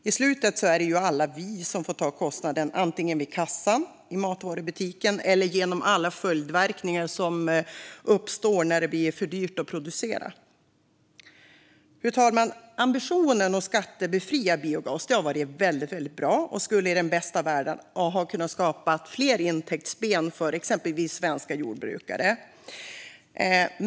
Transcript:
I slutet är det alla vi som får ta kostnaden, antingen vid kassan i matvarubutiken eller genom alla följdverkningar som uppstår när det blir för dyrt att producera. Fru talman! Ambitionen att skattebefria biogas har varit väldigt bra och skulle i den bästa av världar ha kunnat skapa fler intäktsben för exempelvis svenska jordbrukare.